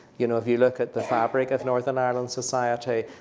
you know, if you look at the fabric of northern ireland society,